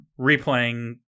replaying